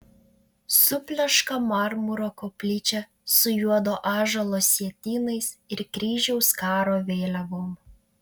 supleška marmuro koplyčia su juodo ąžuolo sietynais ir kryžiaus karo vėliavom